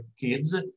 kids